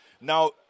Now